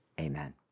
Amen